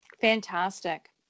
Fantastic